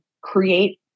create